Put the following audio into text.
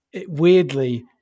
weirdly